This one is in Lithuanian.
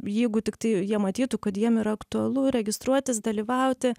jeigu tiktai jie matytų kad jiem yra aktualu registruotis dalyvauti